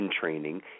training